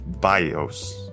BIOS